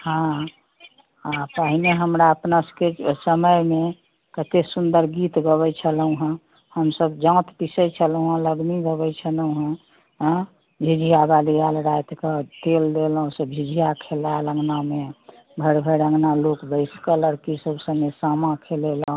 हँ हँ पहिने हमरा अपना सबकेँ समयमे कते सुंदर गीत गबैत छलहुँ हँ हमसब जात पीसैत छलहुँ हँ लगनी गबैत छलहुँ हँ झिझिआ बाली आयल राति कऽ तेल देलहुँ झिझिया खेलायल अँगनामे भरि भरि अँगना लोक बैस कऽ लड़की सब सङ्गे सामा खेलेलहुँ